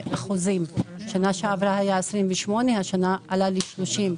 בשנה שעברה היו 28% והשנה זה עלה ל-30%.